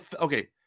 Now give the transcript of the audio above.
okay